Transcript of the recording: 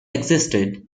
existed